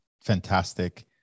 Fantastic